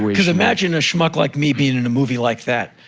cause imagine a schmuck like me being in a movie like that.